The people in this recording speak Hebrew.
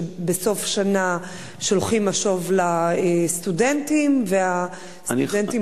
שבסוף השנה שולחים משוב לסטודנטים והסטודנטים